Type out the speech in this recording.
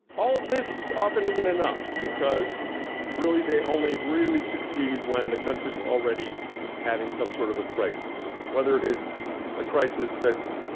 all of this often isn't enough because really they only really succeed when they country's already having some sort of a crisis whether it's a crisis that's